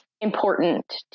important